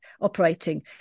operating